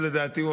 לדעתי,